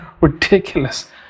ridiculous